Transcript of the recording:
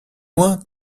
loin